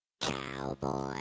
Cowboy